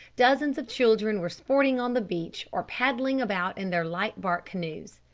dozens of children were sporting on the beach or paddling about in their light bark canoes.